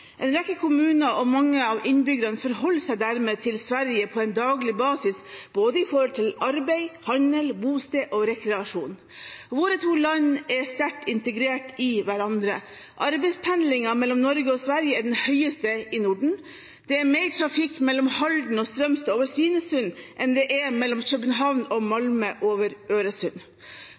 En rekke kommuner og mange av innbyggerne forholder seg dermed til Sverige på en daglig basis, når det gjelder både arbeid, handel, bosted og rekreasjon. Våre to land er sterkt integrert i hverandre. Arbeidspendlingen mellom Norge og Sverige er den høyeste i Norden. Det er mer trafikk mellom Halden og Strømstad over Svinesund enn det er mellom København og Malmö over Øresund.